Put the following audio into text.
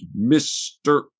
Mr